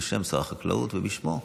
בשם שר החקלאות ובשמו.